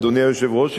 אדוני היושב-ראש,